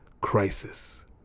crisis